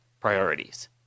priorities